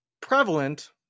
prevalent